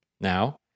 now